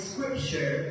Scripture